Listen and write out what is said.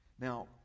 Now